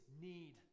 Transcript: need